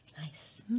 Nice